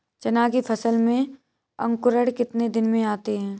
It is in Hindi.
चना की फसल में अंकुरण कितने दिन में आते हैं?